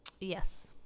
Yes